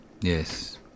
Yes